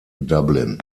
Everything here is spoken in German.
dublin